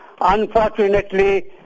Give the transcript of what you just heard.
Unfortunately